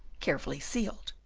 carefully sealed,